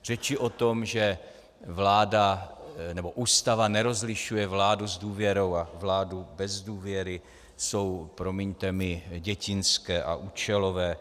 Řeči o tom, že Ústava nerozlišuje vládu s důvěrou a vládu bez důvěry, jsou, promiňte mi, dětinské a účelové.